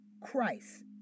Christ